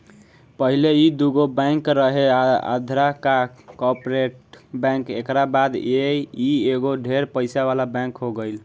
पहिले ई दुगो बैंक रहे आंध्रा आ कॉर्पोरेट बैंक एकरा बाद ई एगो ढेर पइसा वाला बैंक हो गईल